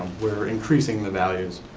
we're increasing the values.